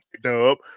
dub